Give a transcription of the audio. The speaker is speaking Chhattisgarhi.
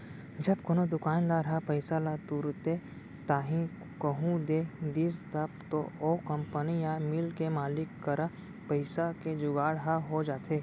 जब कोनो दुकानदार ह पइसा ल तुरते ताही कहूँ दे दिस तब तो ओ कंपनी या मील के मालिक करा पइसा के जुगाड़ ह हो जाथे